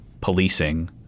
policing